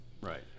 Right